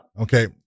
Okay